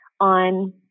on